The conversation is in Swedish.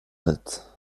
hit